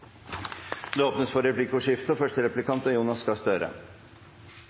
Det åpnes for replikkordskifte. Jeg tar den utfordringen og